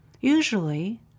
Usually